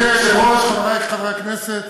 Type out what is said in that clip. אדוני היושב-ראש, חברי חברי הכנסת,